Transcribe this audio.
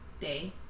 day